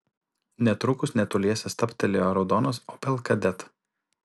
netrukus netoliese stabtelėjo raudonas opel kadett